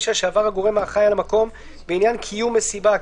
שעבר הגורם האחראי על המקום בעניין קיום מסיבה,